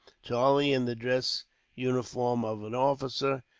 charlie in the undress uniform of an officer,